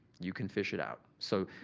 you can fish it out. so,